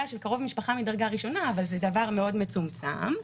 של קרוב משפחה מדרגה ראשונה אבל זה דבר מצומצם מאוד.